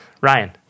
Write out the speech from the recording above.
Ryan